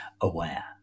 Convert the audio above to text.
aware